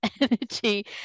energy